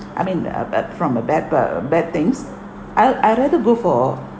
I mean ugh ugh from a bad ugh bad things I'll I rather go for